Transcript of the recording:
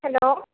hello